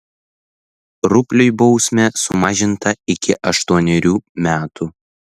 rupliui bausmė sumažinta iki aštuonerių metų